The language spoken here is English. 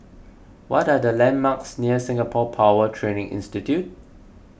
what are the landmarks near Singapore Power Training Institute